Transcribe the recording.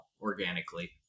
organically